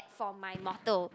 for my motal